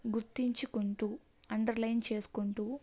గుర్తించుకుంటూ underline చేసుకుంటూ